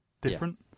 different